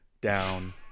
down